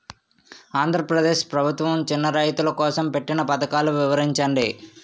ఆంధ్రప్రదేశ్ ప్రభుత్వ చిన్నా రైతుల కోసం పెట్టిన పథకాలు వివరించండి?